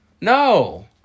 no